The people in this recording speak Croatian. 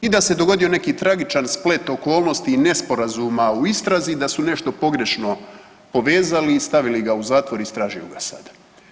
I da se dogodio neki tragičan splet okolnosti i nesporazuma u istrazi i da su nešto pogrešno povezali i stavili ga u zatvor i istražuju ga sad.